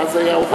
ואז זה היה עובר.